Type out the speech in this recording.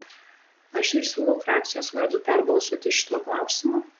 aš ir siūlau frakcijos vardu perbalsuoti šituo klausimu